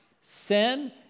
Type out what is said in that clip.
sin